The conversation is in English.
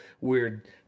weird –